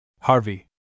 Harvey